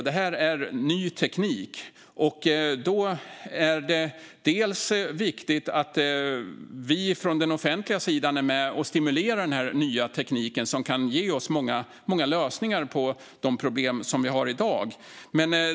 Det här är ny teknik. Det är viktigt att vi från den offentliga sidan är med och stimulerar den här nya tekniken, som kan ge oss många lösningar på de problem som vi har i dag.